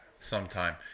sometime